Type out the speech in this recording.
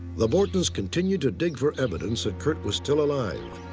the bortons continued to dig for evidence that curt was still alive.